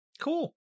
Cool